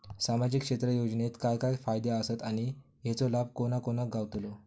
सामजिक क्षेत्र योजनेत काय काय फायदे आसत आणि हेचो लाभ कोणा कोणाक गावतलो?